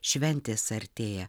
šventės artėja